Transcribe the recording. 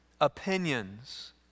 opinions